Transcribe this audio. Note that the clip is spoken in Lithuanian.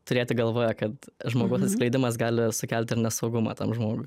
turėti galvoje kad žmogaus atskleidimas gali sukelti ir nesaugumą tam žmogui